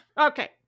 Okay